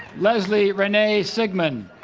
leslie renae sigmon